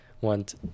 want